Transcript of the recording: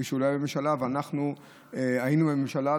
כפי שכשהוא לא היה בממשלה ואנחנו היינו בממשלה,